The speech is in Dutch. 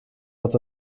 dat